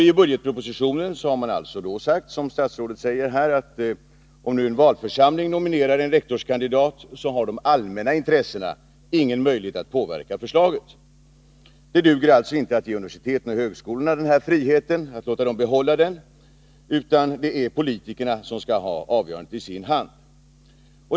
I budgetpropositionen har det sagts, som statsrådet här framhåller, att om en valförsamling nominerar en rektorskandidat, så har de allmänna intressena ingen möjlighet att påverka förslaget. Det duger alltså inte att låta universiteten och högskolorna behålla den här friheten, utan det är politikerna som skall ha avgörandet i sin hand.